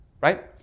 right